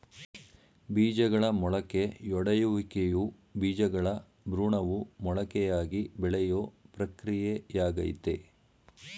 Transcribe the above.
ಬೀಜಗಳ ಮೊಳಕೆಯೊಡೆಯುವಿಕೆಯು ಬೀಜಗಳ ಭ್ರೂಣವು ಮೊಳಕೆಯಾಗಿ ಬೆಳೆಯೋ ಪ್ರಕ್ರಿಯೆಯಾಗಯ್ತೆ